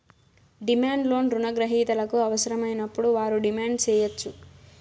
demand loan రుణ గ్రహీతలకు అవసరమైనప్పుడు వారు డిమాండ్ సేయచ్చు